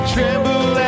Tremble